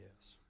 Yes